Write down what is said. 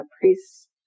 priests